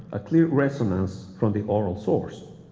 a clear resonance from the oral source.